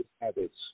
habits